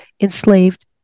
enslaved